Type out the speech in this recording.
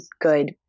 good